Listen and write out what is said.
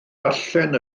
darllen